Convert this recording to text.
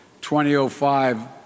2005